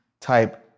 type